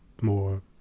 more